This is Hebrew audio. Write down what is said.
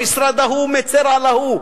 המשרד ההוא מצר על ההוא,